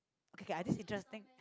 okay I this interesting